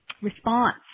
response